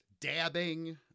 Dabbing